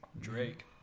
drake